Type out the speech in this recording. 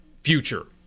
future